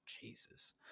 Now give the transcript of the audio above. Jesus